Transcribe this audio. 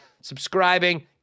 subscribing